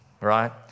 right